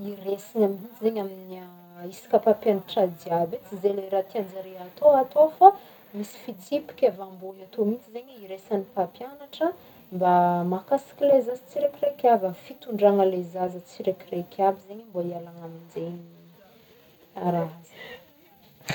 hiresagna mintsy zegny ami- isaka mpampianatra jiaby e, tsy ze le raha tianjare atô atô fô misy fitsipiky avy ambôny atô zegny iresagn'ny mpampianatra mba mahakasiky le zaza tsiraikiraiky aby amy fitondragna le zaza tsiraikiraiky aby zegny mba hialagna amzegny.